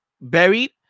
buried